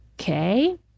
Okay